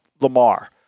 Lamar